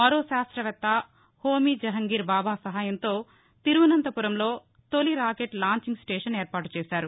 మరో శాస్త్రవేత్త హోహీ జహంగీర్ బాబా సహాయంతో తిరువనంతపురంలో తొలి రాకెట్ లాంచింగ్ స్టేషన్ ఏర్పాటు చేశారు